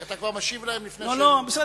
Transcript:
אתה כבר משיב להם לפני, לא לא, בסדר.